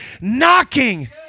knocking